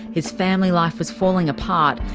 his family life was falling apart,